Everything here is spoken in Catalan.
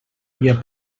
via